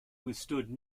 withstood